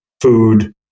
food